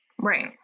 Right